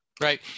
Right